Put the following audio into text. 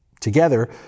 Together